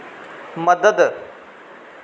मदद